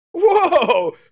whoa